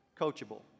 coachable